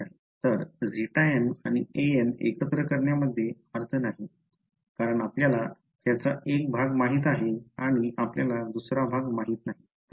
तर χnआणि an एकत्र करण्यामध्ये अर्थ नाही कारण आपल्याला त्याचा एक भाग माहित आहे आणि आपल्याला दुसरा भाग माहित नाही